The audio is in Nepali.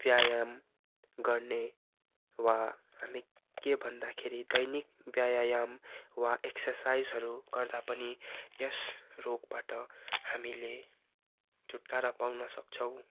व्यायाम गर्ने वा हामी के भन्दाखेरि दैनिक व्यायाम वा एक्सासाइजहरू गर्दा पनि यस रोगबाट हामीले छुटकारा पाउन सक्छौँ